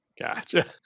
gotcha